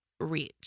Rich